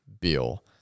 bill